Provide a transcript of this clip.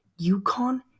UConn